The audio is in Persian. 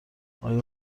آیا